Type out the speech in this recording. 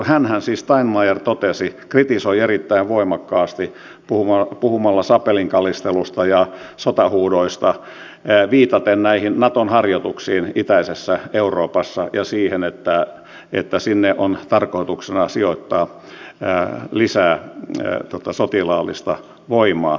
hänhän siis steinmeier kritisoi erittäin voimakkaasti puhumalla sapelinkalistelusta ja sotahuudoista viitaten näihin naton harjoituksiin itäisessä euroopassa ja siihen että sinne on tarkoituksena sijoittaa lisää sotilaallista voimaa